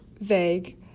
vague